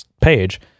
page